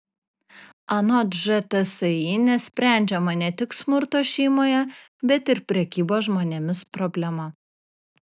anot žtsi nesprendžiama ne tik smurto šeimoje bet ir prekybos žmonėmis problema